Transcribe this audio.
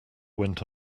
went